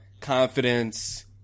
confidence